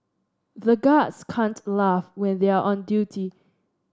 the guards can't laugh when they are on duty